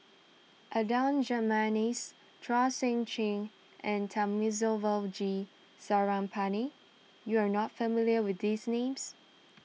Adan Jimenez Chua Sian Chin and Thamizhavel G Sarangapani you are not familiar with these names